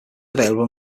available